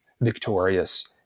victorious